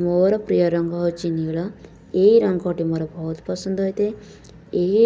ମୋର ପ୍ରିୟ ରଙ୍ଗ ହେଉଛି ନୀଳ ଏହି ରଙ୍ଗଟି ମୋର ବହୁତ ପସନ୍ଦ ଅଟେ ଏହି